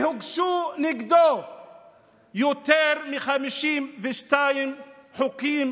הוגשו נגדו יותר מ-52 תיקים